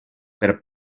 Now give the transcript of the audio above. per